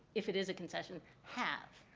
if it is a concession, have?